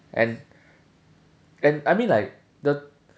and and I mean like the